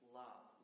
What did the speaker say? love